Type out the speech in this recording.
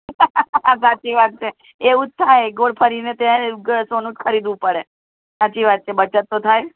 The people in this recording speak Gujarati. સાચી વાત છે એવું જ થાય ગોળ ફરીને ત્યાં ગ સોનું જ ખરીદવું પડે સાચી વાત છે બચત તો થાય